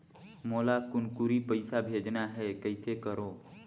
मोला कुनकुरी पइसा भेजना हैं, कइसे करो?